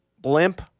Blimp